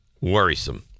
Worrisome